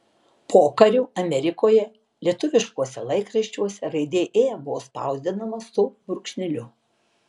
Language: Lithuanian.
pokariu amerikoje lietuviškuose laikraščiuose raidė ė buvo spausdinama su brūkšneliu